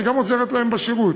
שגם עוזרת להן בשירות